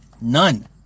none